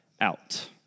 out